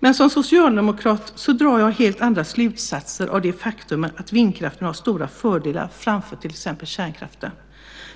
Men som socialdemokrat drar jag helt andra slutsatser av det faktum att vindkraften har stora fördelar jämfört med exempelvis kärnkraften.